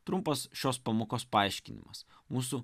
trumpas šios pamokos paaiškinimas mūsų